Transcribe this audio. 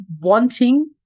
wanting